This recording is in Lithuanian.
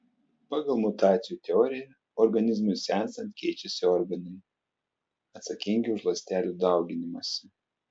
pagal mutacijų teoriją organizmui senstant keičiasi organai atsakingi už ląstelių dauginimąsi